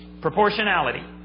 Proportionality